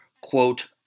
quote